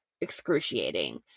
excruciating